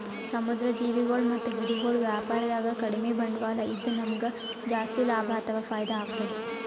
ಸಮುದ್ರ್ ಜೀವಿಗೊಳ್ ಮತ್ತ್ ಗಿಡಗೊಳ್ ವ್ಯಾಪಾರದಾಗ ಕಡಿಮ್ ಬಂಡ್ವಾಳ ಇದ್ದ್ ನಮ್ಗ್ ಜಾಸ್ತಿ ಲಾಭ ಅಥವಾ ಫೈದಾ ಆಗ್ತದ್